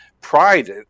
pride